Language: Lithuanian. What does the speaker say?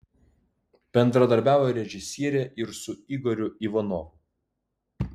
bendradarbiavo režisierė ir su igoriu ivanovu